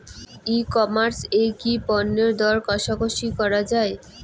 ই commerce এ কি পণ্যের দর কশাকশি করা য়ায়?